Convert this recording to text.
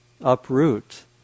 uproot